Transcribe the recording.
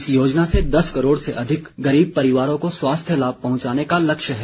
इस योजना से दस करोड़ से अधिक गरीब परिवारों को स्वास्थ्य लाभ पहुंचाने का लक्ष्य है